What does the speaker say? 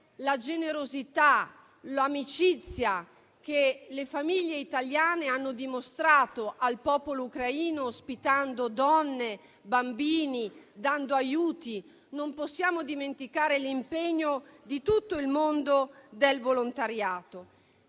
la generosità e l'amicizia che le famiglie italiane hanno dimostrato al popolo ucraino, ospitando donne e bambini e dando aiuti. Non possiamo dimenticare l'impegno di tutto il mondo del volontariato.